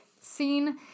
scene